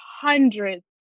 Hundreds